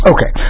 Okay